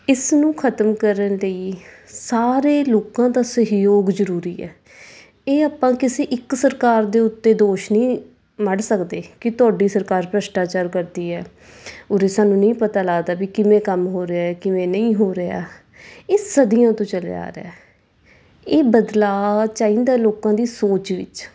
ਇਸ ਨੂੰ ਖਤਮ ਕਰਨ ਲਈ ਸਾਰੇ ਲੋਕਾਂ ਦਾ ਸਹਿਯੋਗ ਜ਼ਰੂਰੀ ਹੈ ਇਹ ਆਪਾਂ ਕਿਸੇ ਇੱਕ ਸਰਕਾਰ ਦੇ ਉੱਤੇ ਦੋਸ਼ ਨਹੀਂ ਮੜ੍ਹ ਸਕਦੇ ਕਿ ਤੁਹਾਡੀ ਸਰਕਾਰ ਭ੍ਰਿਸ਼ਟਾਚਾਰ ਕਰਦੀ ਹੈ ਉਰੇ ਸਾਨੂੰ ਨਹੀਂ ਪਤਾ ਲੱਗਦਾ ਵੀ ਕਿਵੇਂ ਕੰਮ ਹੋ ਰਿਹਾ ਕਿਵੇਂ ਨਹੀਂ ਹੋ ਰਿਹਾ ਇਹ ਸਦੀਆਂ ਤੋਂ ਚੱਲਿਆ ਆ ਰਿਹਾ ਇਹ ਬਦਲਾਅ ਚਾਹੀਦਾ ਲੋਕਾਂ ਦੀ ਸੋਚ ਵਿੱਚ